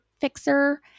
fixer